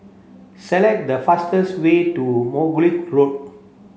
select the fastest way to Margoliouth Road